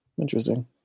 Interesting